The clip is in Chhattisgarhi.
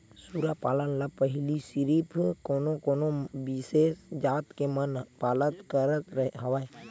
सूरा पालन ल पहिली सिरिफ कोनो कोनो बिसेस जात के मन पालत करत हवय